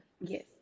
Yes